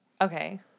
Okay